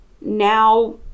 now